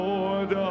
Lord